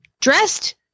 dressed